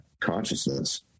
consciousness